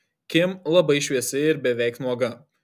kim labai šviesi ir beveik nuoga